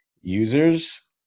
users